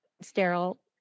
sterile